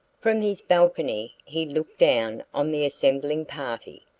from his balcony he looked down on the assembling party.